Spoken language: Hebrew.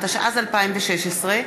התשע"ה 2015,